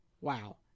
Wow